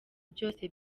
byose